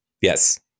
yes